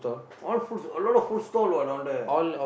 all foods a lot of food stalls what down there